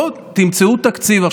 בואו תמצאו תקציב.